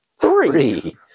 three